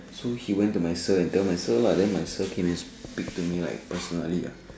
so he went to my sir and tell my sir lah then my sir came and speak to me like personally uh